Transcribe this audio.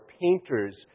painters